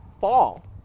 fall